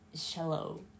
shallow